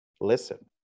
listen